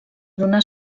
donar